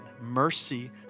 Mercy